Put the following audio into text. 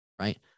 right